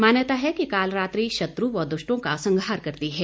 मान्यता है कि कालरात्रि शत्रु व दुष्टों का संहार करती है